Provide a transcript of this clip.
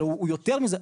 אלא הוא יותר מזה?